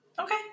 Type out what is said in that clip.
Okay